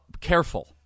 careful